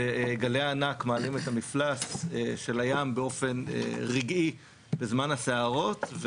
וגלי הענק מעלים את המפלס של הים באופן רגעי בזמן הסערות,